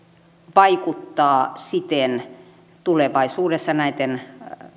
vaikuttaa siten tulevaisuudessa näitten